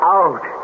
out